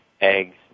eggs